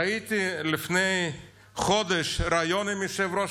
ראיתי לפני חודש ריאיון עם יושב-ראש